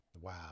Wow